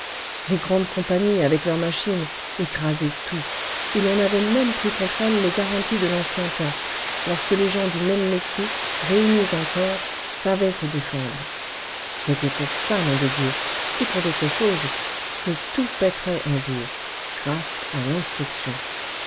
les grandes compagnies avec leurs machines écrasaient tout et l'on n'avait même plus contre elles les garanties de l'ancien temps lorsque les gens du même métier réunis en corps savaient se défendre c'était pour ça nom de dieu et pour d'autres choses que tout péterait un jour grâce à l'instruction